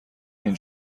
این